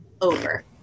over